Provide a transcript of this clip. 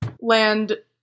land